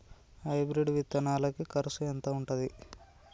Hybrid విత్తనాలకి కరుసు ఎంత ఉంటది?